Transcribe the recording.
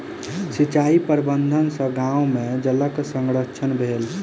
सिचाई प्रबंधन सॅ गाम में जलक संरक्षण भेल